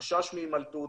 החשש מהימלטות,